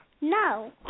No